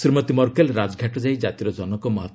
Shrimati Merkel Rajghat ଯାଇ କାତିର ଜନକ ମହାମ୍